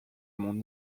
mon